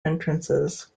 entrances